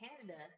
canada